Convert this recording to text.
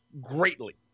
greatly